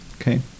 Okay